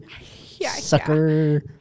Sucker